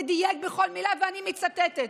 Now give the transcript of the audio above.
ודייק בכל מילה, ואני מצטטת: